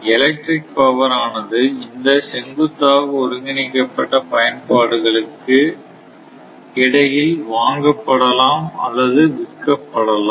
electric power ஆனது இந்த செங்குத்தாக ஒருங்கிணைக்கப்பட்ட பயன்பாடுகளுக்கு இடையில் வாங்கப்படலாம் அல்லது விற்கப்படலாம்